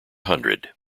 hundred